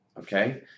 okay